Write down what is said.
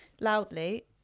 loudly